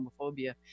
homophobia